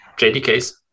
JDKs